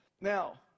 Now